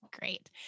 Great